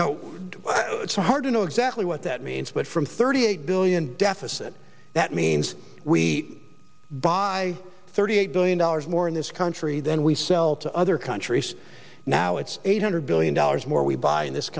now it's hard to know exactly what that means but from thirty eight billion deficit that means we buy thirty eight billion dollars more in this country than we sell to other countries now it's eight hundred billion dollars more we buy in this